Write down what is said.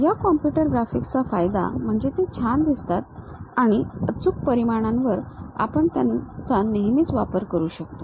या कॉम्प्युटर ग्राफिक्सचा फायदा म्हणजे ते छान दिसतात आणि अचूक परिमाणांवर आपण त्यांचा नेहमीच वापर करू शकतो